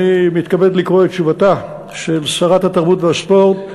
אני מתכבד לקרוא את תשובתה של שרת התרבות והספורט,